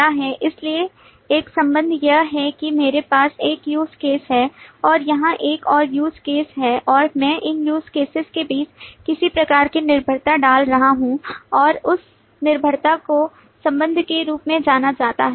इसलिए एक संबंध यह है कि मेरे पास एक use case है और यहां एक और use case है और मैं इन use cases के बीच किसी प्रकार की निर्भरता डाल रहा हूं और उस निर्भरता को संबंध के रूप में जाना जाता है